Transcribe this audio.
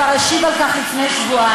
הוא כבר השיב על כך לפני שבועיים.